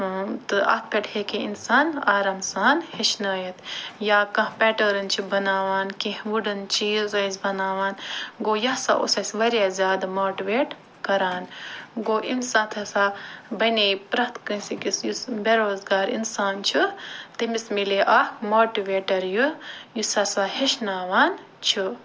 تہٕ اتھ پٮ۪ٹھ ہیٚکہِ اِنسان آرام سان ہیٚچھنٲوِتھ یا کانٛہہ پٮ۪ٹٲرٕن چھِ بناوان کیٚنٛہہ وُڈٕن چیٖز ٲسۍ بناوان گوٚو یہِ سا اوس اَسہِ وارِیاہ زیادٕ ماٹِویٹ کَران گوٚو أمِس ساتہٕ ہَسا بنے پرٛتھ کٲنٛسہِ أکِس یُس بےروز گار اِنسان چھُ تٔمِس میلے اکھ ماٹِویٹر یہِ یُس ہَسا ہیٚچھناوان چھُ